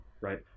right